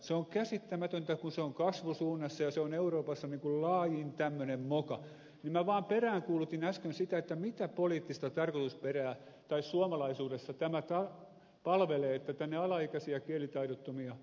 se on käsittämätöntä ja kun se on kasvusuunnassa ja se on euroopassa laajin tämmöinen moka niin minä vaan peräänkuulutin äsken sitä että mitä suomalaisuudessa tämä palvelee että tänne alaikäisiä ja kielitaidottomia lapsia tuodaan